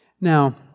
Now